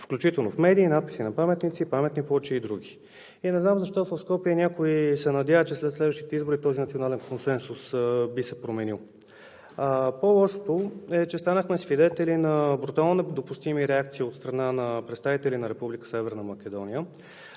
включително в медии, надписи на паметници, паметни плочи и други. И не знам защо в Скопие някой се надява, че след следващите избори този национален консенсус би се променил. По-лошото е, че станахме свидетели на брутално недопустими реакции от страна на представители на Република